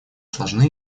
сложны